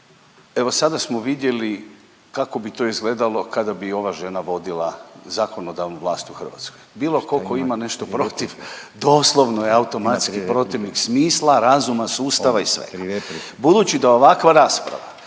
Evo sada smo vidjeli kako bi to izgledalo kada bi ova žena vodila zakonodavnu vlast u Hrvatskoj. Bilo tko ima nešto protiv doslovno je automatski protivnik smisla, razuma, sustava i svega. Budući da ovakva rasprava